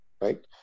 right